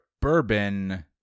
bourbon